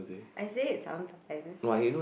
I say it sometimes